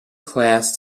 classed